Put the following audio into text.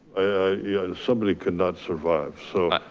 yeah somebody could not survive, so